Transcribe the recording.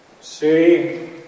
See